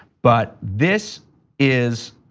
but this is,